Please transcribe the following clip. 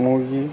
মূৰ্গী